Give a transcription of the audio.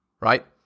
Right